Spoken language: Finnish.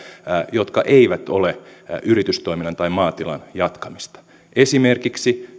jotka eivät ole yritystoiminnan tai maatilan jatkamista esimerkiksi